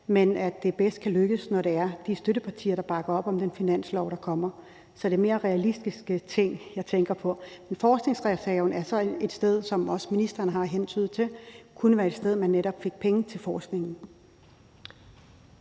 og at det bedst kan lykkes, når dem, der sidder der, er de støttepartier, der bakker op om den finanslov, der kommer. Så det er mere realistiske ting, jeg tænker på. Forskningsreserven er så et sted – som også ministeren har hentydet til kunne være et sted – hvor man netop fik penge fra til forskningen.